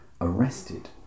arrested